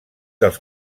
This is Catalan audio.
dels